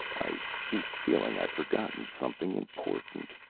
i keep feeling i've forgotten something important.